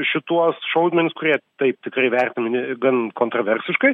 šituos šaudmenis kurie taip tikrai vertinami gan kontraversiškai